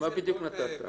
מה בדיוק נתת?